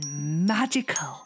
magical